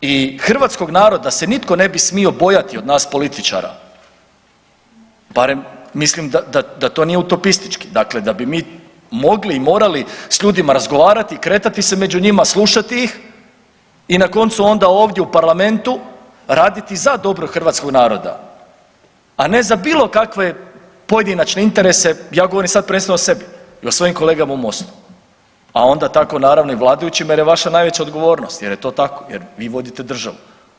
I hrvatskog naroda se nitko ne bi smio bojati od nas političara barem mislim da to nije utopistički, dakle da bi mogli i morali s ljudima razgovarati i kretati se među njima, slušati ih i na koncu onda ovdje u parlamentu raditi za dobro hrvatskog naroda, a ne za bilo kakve pojedinačne interese, ja govorim sad prvenstveno o sebi i o svojim kolegama u MOST-u, a onda tako naravno i vladajućima jer je vaša najveća odgovornost jer je to tako jer vi vodite državu.